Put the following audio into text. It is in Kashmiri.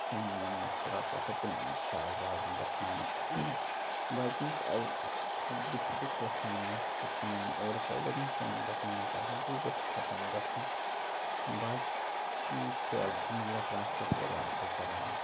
سٲنۍ یِم مَستوٗرات چھِ آسان تِمن چھُ عزاب گژھان باقٕے یُس بہٕ تہِ چھُس ویٚژھان یہِ اوٚور کروڈڈنیٚس یِمن بَسن منٛز چھِ آسان تہٕ یہِ گژھِ خَتٕم گژھٕنۍ باقٕے چھُ اَلحمدللہ ٹرانَسپوٹ واریاہ اَصٕل چلان ییٚتہِ